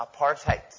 apartheid